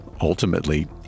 Ultimately